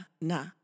nah